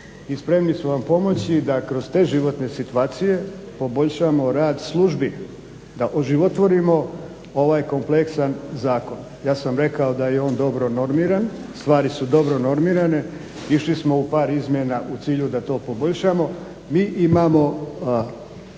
spremni smo vam pomoći, da kroz te životne situacije poboljšamo rad službi, da oživotvorimo ovaj kompleksan zakon. Ja sam rekao da je on dobro normiran, stvari su dobro normirane. Išli smo u par izmjena u cilju da to poboljšamo. Mi imamo